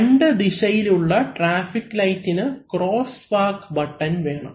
രണ്ട് ദിശയിലുള്ള ട്രാഫിക് ലൈറ്റിന് ക്രോസ്സ്വാക് ബട്ടൺ വേണം